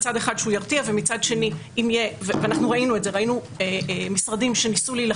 שמצד אחד ירתיע ומצד שני - ואנחנו ראינו את זה,